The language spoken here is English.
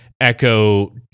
echo